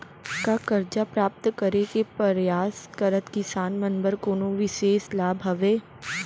का करजा प्राप्त करे के परयास करत किसान मन बर कोनो बिशेष लाभ हवे?